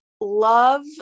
love